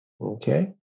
Okay